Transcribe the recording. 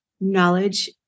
knowledge